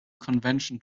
convention